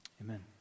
Amen